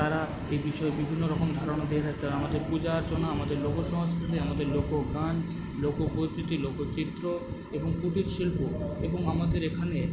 তারা এই বিষয়ে বিভিন্ন রকম ধারণা দিয়ে থাকতে আমাদের পূজা অর্চনা আমাদের লোকসংস্কৃতি আমাদের লোকগান লোকপরিচিতি লোকচিত্র এবং কুটির শিল্প এবং আমাদের এখানে